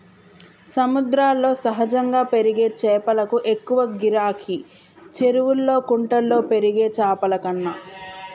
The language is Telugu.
సముద్రాల్లో సహజంగా పెరిగే చాపలకు ఎక్కువ గిరాకీ, చెరువుల్లా కుంటల్లో పెరిగే చాపలకన్నా